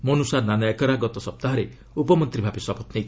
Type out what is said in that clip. ମନୁଷା ନାନାୟାକରା ଗତ ସପ୍ତାହରେ ଉପମନ୍ତ୍ରୀ ଭାବେ ଶପଥ ନେଇଥିଲେ